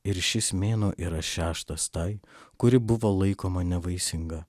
ir šis mėnuo yra šeštas tai kuri buvo laikoma nevaisinga